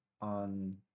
on